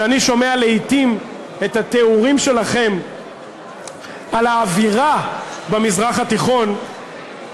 שאני שומע לעתים את התיאורים שלכם על ה"אווירה במזרח התיכון",